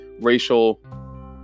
racial